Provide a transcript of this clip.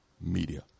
media